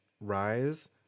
rise